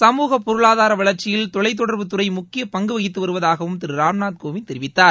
சமூக பொருளாதார வளர்ச்சியில் தொலைத்தொடர்புத்துறை முக்கிய பங்கு வகித்து வருவதாகவும் ராம்நாத் கோவிந்த் தெரிவித்தார்